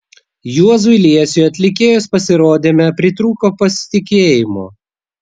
juozui liesiui atlikėjos pasirodyme pritrūko pasitikėjimo